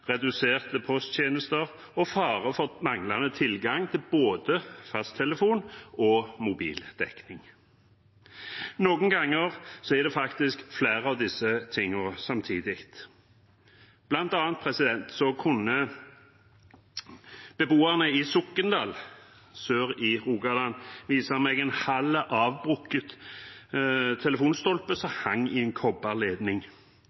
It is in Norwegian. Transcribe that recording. reduserte posttjenester og fare for manglende tilgang til både fasttelefon og mobildekning. Noen ganger forekommer faktisk flere av disse tingene samtidig. Blant annet kunne beboerne i Sokndal sør i Rogaland vise meg en halv avbrukket telefonstolpe